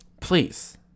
Please